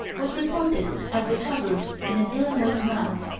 was reported as discovered in an illinois mound.